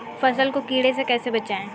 फसल को कीड़े से कैसे बचाएँ?